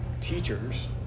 teachers